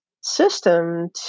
system